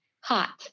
hot